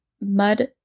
mud